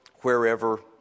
wherever